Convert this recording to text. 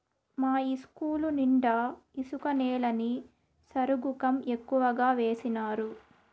మా ఇస్కూలు నిండా ఇసుక నేలని సరుగుకం ఎక్కువగా వేసినారు